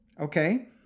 Okay